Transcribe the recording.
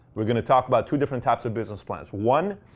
we're going to talk about two different types of business plans. one,